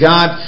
God